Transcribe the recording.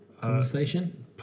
Conversation